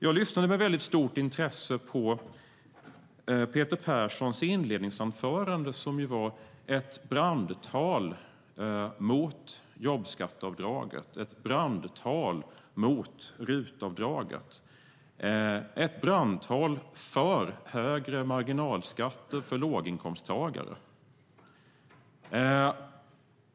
Jag lyssnade med stort intresse på Peter Perssons inledningsanförande, som var ett brandtal mot jobbskatteavdraget, ett brandtal mot RUT-avdraget och ett brandtal för högre marginalskatter för låginkomsttagare.